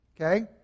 Okay